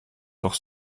doch